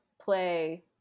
play